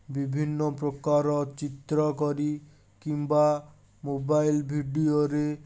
ବିଭିନ୍ନପ୍ରକାର ଚିତ୍ର କରି କିମ୍ବା ମୋବାଇଲ୍ ଭିଡ଼ିଓରେ